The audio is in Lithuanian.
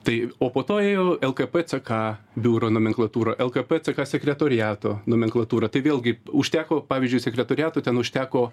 tai o po to ėjo lkp ck biuro nomenklatūra lkp ck sekretoriato nomenklatūra tai vėlgi užteko pavyzdžiui sekretoriatų ten užteko